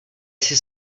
jsi